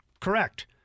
Correct